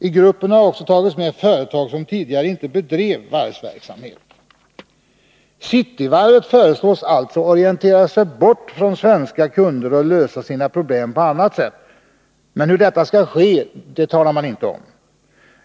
I gruppen har det också tagits med företag som tidigare inte bedrev varvsverksamhet. Cityvarvet föreslås alltså orientera sig bort från svenska kunder och lösa sina problem på annat sätt, men hur detta skall ske anges inte.